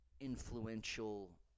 influential